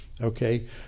okay